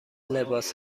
لباس